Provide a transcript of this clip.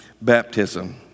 baptism